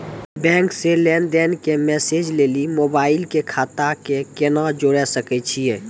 Bank से लेंन देंन के मैसेज लेली मोबाइल के खाता के केना जोड़े सकय छियै?